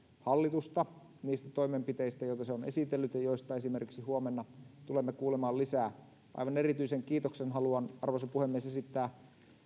hallitusta niistä toimenpiteistä joita se on esitellyt ja joista esimerkiksi huomenna tulemme kuulemaan lisää aivan erityisen kiitoksen haluan arvoisa puhemies esittää